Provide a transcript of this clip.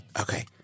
okay